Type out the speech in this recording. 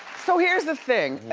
so here's the thing,